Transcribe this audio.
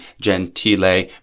Gentile